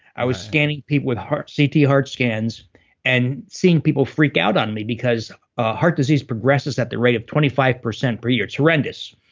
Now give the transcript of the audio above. i was scanning people with heart. ct heart scans and seeing people freak out on me because ah heart disease progresses at the rate of twenty five percent per year. it's horrendous.